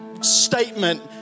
statement